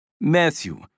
Matthew